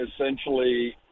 essentially